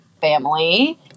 family